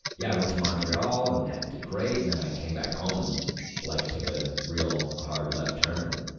yeah, went to montreal and had, did great. and then i came back home and life took a real hard left turn.